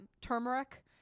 turmeric